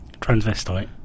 transvestite